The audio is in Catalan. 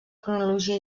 cronologia